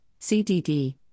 CDD